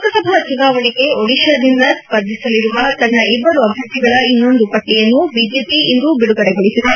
ಲೋಕಸಭಾ ಚುನಾವಣೆಗೆ ಒಡಿತಾದಿಂದ ಸ್ಪರ್ಧಿಸಲಿರುವ ತನ್ನ ಇಬ್ಬರು ಅಭ್ಯರ್ಥಿಗಳ ಇನ್ನೊಂದು ಪಟ್ಟಿಯನ್ನು ಬಿಜೆಪಿ ಇಂದು ಬಿಡುಗಡೆಗೊಳಿಸಿದೆ